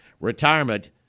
retirement